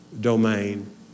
domain